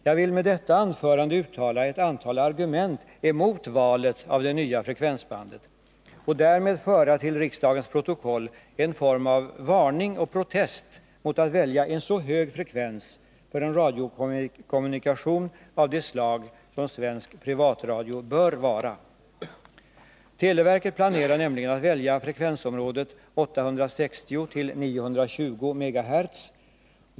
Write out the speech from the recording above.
Jag vill med detta anförande uttala ett antal argument emot valet av det nya frekvensbandet och därmed föra till riksdagens protokoll en form av varning för och protest mot att välja en så hög frekvens för en radiokommunikation av det slag som svensk privatradio bör vara. Televerket planerar nämligen att välja frekvensområdet 860-920 megahertz .